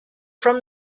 from